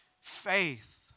faith